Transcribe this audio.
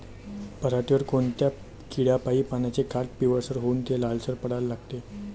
पऱ्हाटीवर कोनत्या किड्यापाई पानाचे काठं पिवळसर होऊन ते लालसर पडाले लागते?